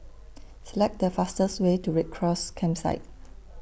Select The fastest Way to Red Cross Campsite